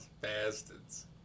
Bastards